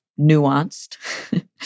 nuanced